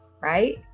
Right